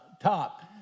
top